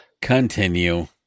Continue